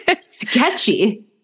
Sketchy